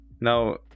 Now